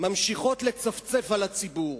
ממשיכות לצפצף על הציבור.